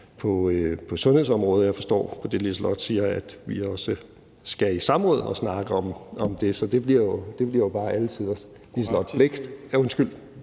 på sundhedsområdet, og jeg forstår på det, Liselott Blixt siger, at vi også skal i samråd og snakke om det, så det bliver jo bare alle tiders.